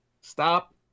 Stop